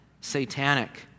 satanic